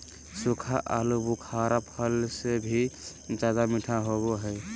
सूखा आलूबुखारा फल से भी ज्यादा मीठा होबो हइ